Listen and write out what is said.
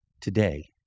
today